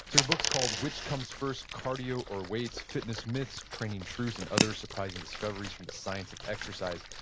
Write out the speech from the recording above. your book's called, which comes first, cardio or weights? fitness myths training truths, and other surprising discoveries from the science of exercise.